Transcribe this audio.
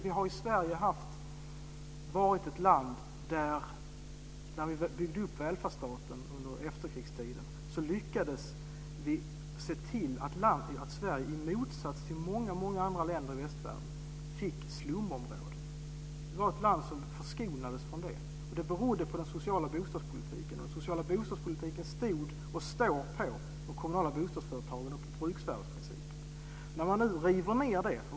Vi har när vi under efterkrigstiden byggt upp välfärdsstaten sett till att Sverige, i motsats till många andra länder i västvärlden, inte fått slumområden. Vårt land förskonades från sådana, och det berodde på den sociala bostadspolitiken, som stod och står på de kommunala bostadsföretagen och på bruksvärdesprincipen.